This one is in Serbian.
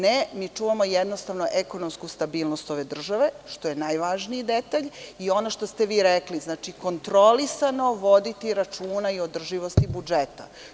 Ne, mi čuvamo jednostavno ekonomsku stabilnost ove države, što je najvažniji detalj, i ono što ste vi rekli, kontrolisano voditi računa i održivost budžeta.